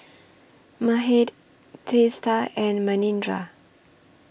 Mahade Teesta and Manindra